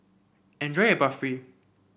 enjoy your Barfi